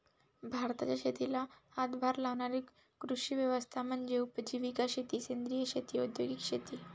भारताच्या शेतीला हातभार लावणारी कृषी व्यवस्था म्हणजे उपजीविका शेती सेंद्रिय शेती औद्योगिक शेती